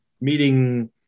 meeting